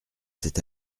cette